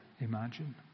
imagine